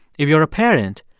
if you're a parent,